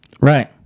Right